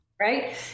Right